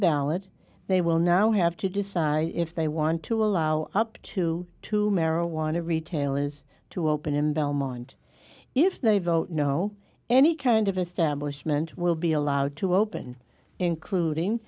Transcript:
ballot they will now have to decide if they want to allow up to two marijuana retail is to open in belmont if they vote no any kind of establishment will be allowed to open including